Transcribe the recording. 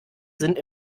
sind